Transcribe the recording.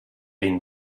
been